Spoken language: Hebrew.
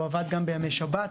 הוא עבד גם בימי שבת,